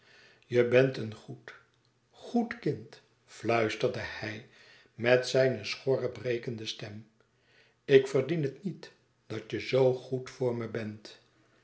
je bent een goed goed kind fluisterde hij met zijne schorre brekende stem ik verdien het niet dat je zoo goed voor me bent